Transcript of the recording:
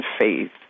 faith